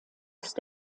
ist